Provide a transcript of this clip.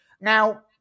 Now